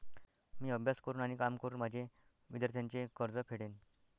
मी अभ्यास करून आणि काम करून माझे विद्यार्थ्यांचे कर्ज फेडेन